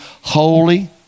holy